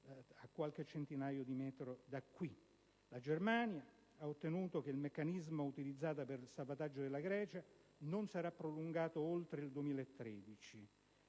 a qualche centinaia di metri da qui. La Germania ha ottenuto che il meccanismo utilizzato per il salvataggio della Grecia non sarà prolungato oltre il 2013.